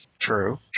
True